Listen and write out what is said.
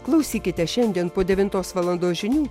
klausykite šiandien po devintos valandos žinių